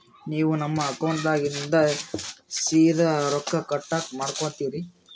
ನೀವು ನಮ್ಮ ಅಕೌಂಟದಾಗಿಂದ ಸೀದಾ ಸಾಲದ ರೊಕ್ಕ ಕಟ್ ಮಾಡ್ಕೋತೀರಿ?